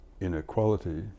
inequality